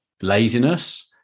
laziness